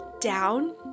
down